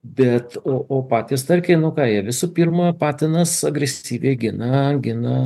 bet o patys starkiai nu ką jie visų pirma patinas agresyviai gina gina